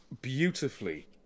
beautifully